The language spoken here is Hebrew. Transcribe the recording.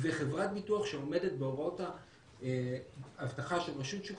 וחברת ביטוח שעומדת בהוראות האבטחה של רשות שוק